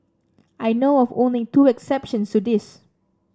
I know of only two exceptions to this